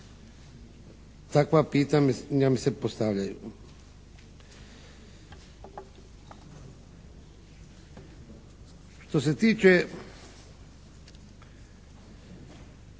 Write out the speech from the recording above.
Takva pitanja mi se postavljaju. Što se tiče